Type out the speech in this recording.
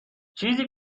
چیزی